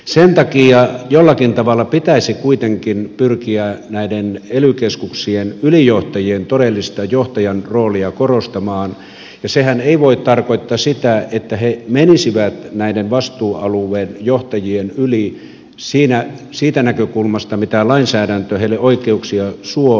sen takia jollakin tavalla pitäisi kuitenkin pyrkiä näiden ely keskuksien ylijohtajien todellista johtajan roolia korostamaan ja sehän ei voi tarkoittaa sitä että he menisivät näiden vastuualuejohtajien yli siitä näkökulmasta mitä lainsäädäntö heille oikeuksia suo